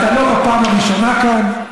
אתה לא פעם ראשונה כאן,